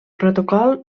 protocol